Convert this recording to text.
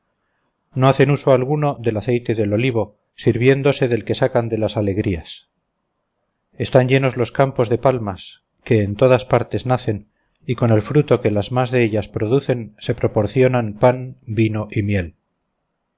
no hacen uso alguno del aceite del olivo sirviéndose del que sacan de las alegrías están llenos los campos de palmas que en todas partes nacen y con el fruto que las más de ellas producen se proporcionan pan vino y miel